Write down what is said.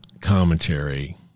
commentary